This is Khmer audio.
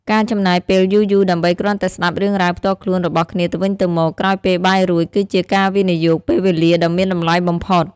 ការចំណាយពេលយូរៗដើម្បីគ្រាន់តែស្ដាប់រឿងរ៉ាវផ្ទាល់ខ្លួនរបស់គ្នាទៅវិញទៅមកក្រោយពេលបាយរួច គឺជាការវិនិយោគពេលវេលាដ៏មានតម្លៃបំផុត។